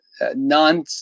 non